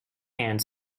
and